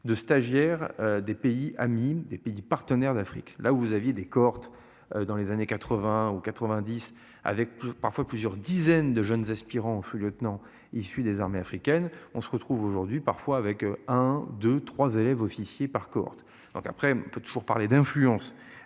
de stagiaires des pays amis des pays partenaires d'Afrique, là où vous aviez des. Dans les années 80 ou 90, avec parfois plusieurs dizaines de jeunes aspirant, sous lieutenant il suit des armées africaines. On se retrouve aujourd'hui parfois avec un, deux 3 élèves officiers par courtes donc après on peut toujours parler d'influence.